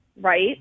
right